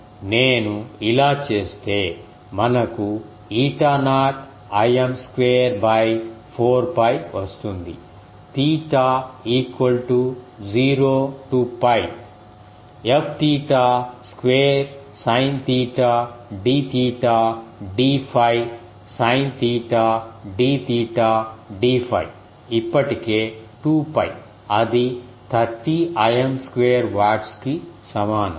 కాబట్టి నేను ఇలా చేస్తే మనకు ఈటా నాట్ Im స్క్వేర్ 4 𝜋 వస్తుంది θ equal to 0 to 𝜋 Fθ square sine theta d theta d 𝜙 sine theta d theta d 𝜙 ఇప్పటికే 2 𝜋 అది 30 Im స్క్వేర్ watts కు సమానం